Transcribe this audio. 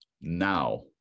now